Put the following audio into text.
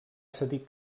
cedir